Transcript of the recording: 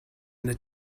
their